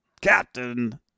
Captain